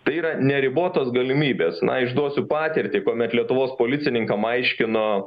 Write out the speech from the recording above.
tai yra neribotos galimybės išduosiu patirtį kuomet lietuvos policininkam aiškino